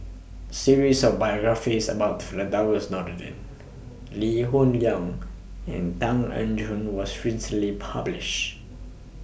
series of biographies about Firdaus Nordin Lee Hoon Leong and Tan Eng Joo was recently published